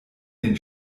den